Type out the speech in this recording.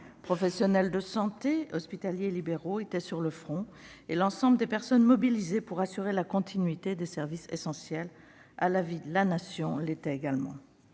professionnels de santé, hospitaliers et libéraux, étaient sur le front, et l'ensemble des personnes mobilisées pour assurer la continuité de services essentiels à la vie de la Nation l'étaient également.